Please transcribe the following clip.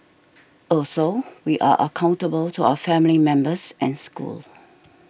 also we are accountable to our family members and school